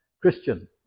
Christian